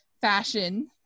fashion